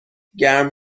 گرم